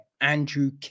Andrew